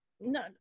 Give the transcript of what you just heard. no